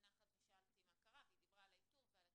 נחת ושאלתי מה קרה והיא דיברה על האיתור ועל הטיפול.